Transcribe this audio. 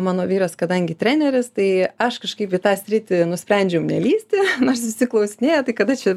mano vyras kadangi treneris tai aš kažkaip į tą sritį nusprendžiau nelįsti nors visi klausinėja tai kada čia